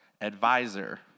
advisor